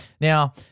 Now